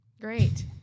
great